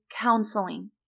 counseling